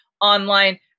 online